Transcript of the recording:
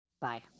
Bye